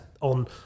on